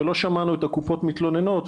ולא שמענו את הקופות מתלוננות.